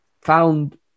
found